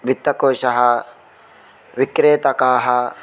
वित्तकोशः विक्रेतकाः